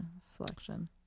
selection